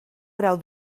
grau